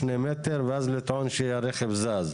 בשני מטרים ואז לטעון שהרכב זז.